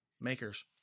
makers